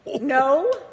No